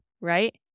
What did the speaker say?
right